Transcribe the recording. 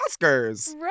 Oscars